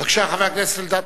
בבקשה, חבר הכנסת אלדד.